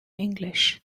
english